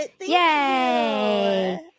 Yay